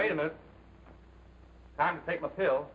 wait a minute i'm taking a pill